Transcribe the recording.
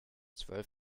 zwölf